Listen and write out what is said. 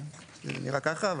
זה נראה ככה,